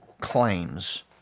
Claims